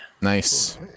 Nice